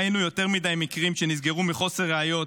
ראינו יותר מדי מקרים שנסגרו מחוסר ראיות,